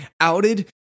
outed